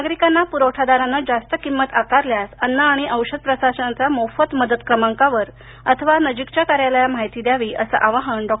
नागरिकांना प्रवठादाराने जास्त किंमत आकारल्यास अन्न आणि औषध प्रशासनाच्या मोफत मदत क्रमांकावर अथवा नजिकच्या कार्यालयाला माहिती द्यावी असं आवाहन डॉ